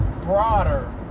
broader